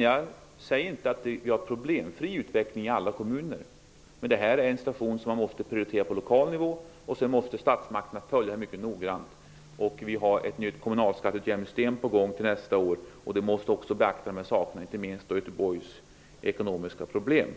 Jag säger inte att vi har en problemfri utveckling i alla kommuner, men det här är en situation som man måste prioritera på lokal nivå, och sedan måste statsmakterna följa det mycket noggrant. Vi har ett nytt kommunalskatteutjämningssystem på gång till nästa år, och det måste också ta hänsyn till de här sakerna, inte minst Göteborgs ekonomiska problem.